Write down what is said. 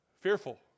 fearful